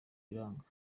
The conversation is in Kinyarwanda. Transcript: biranga